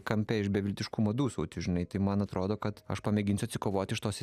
kampe iš beviltiškumo dūsauti žinai tai man atrodo kad aš pamėginsiu atsikovoti iš tos